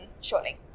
shortly